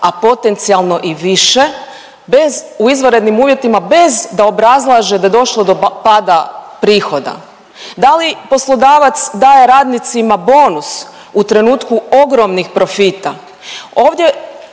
a potencijalno i više bez u izvanrednim uvjetima bez da obrazlaže da je došlo do pada prihoda. Da li poslodavac daje radnicima bonus u trenutku ogromnih profita?